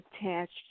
attached